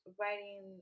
writing